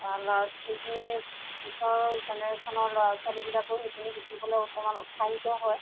ল'ৰা সেইখিনিৰ পিছৰ জেনেৰেচনৰ ল'ৰা ছোৱালীবিলাকো সেইখিনি শিকিবলৈ অকণমান উৎসাহিত হয়